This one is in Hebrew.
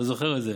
אתה זוכר את זה,